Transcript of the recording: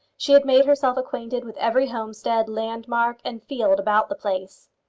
she had made herself acquainted with every homestead, landmark, and field about the place.